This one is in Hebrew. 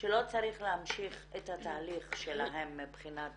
שלא צריך להמשיך את התהליך שלהם מבחינת